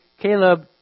Caleb